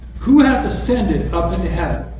who hath ascended up into heaven,